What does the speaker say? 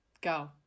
Go